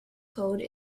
code